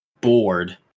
bored